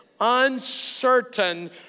uncertain